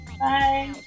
bye